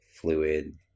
fluid